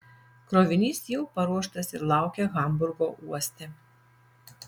krovinys jau paruoštas ir laukia hamburgo uoste